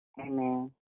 Amen